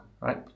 right